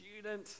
student